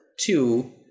Two